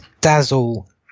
dazzle